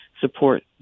support